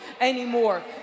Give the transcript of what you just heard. anymore